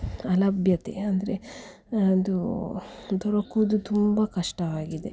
ಅಲಭ್ಯತೆ ಅಂದರೆ ಅದು ದೊರಕುವುದು ತುಂಬ ಕಷ್ಟ ಆಗಿದೆ